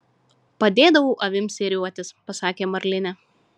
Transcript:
padėdavau avims ėriuotis pasakė marlinė